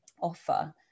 offer